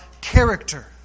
character